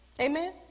Amen